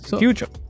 future